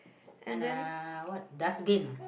and a what dustbin ah